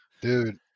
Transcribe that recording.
dude